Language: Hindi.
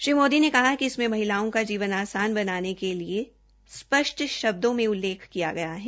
श्री मोदी ने कहा कि इसमे महिलाओं का जीवन आसान बनाने के लिए स्पष्ट शब्दों में उल्लेख किया गया है